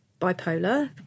bipolar